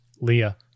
Leah